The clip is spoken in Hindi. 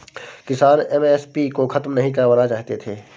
किसान एम.एस.पी को खत्म नहीं करवाना चाहते थे